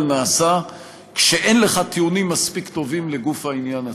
נעשה כשאין לך טיעונים מספיק טובים לגוף העניין עצמו.